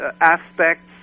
aspects